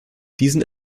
diesen